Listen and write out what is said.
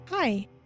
Hi